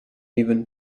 even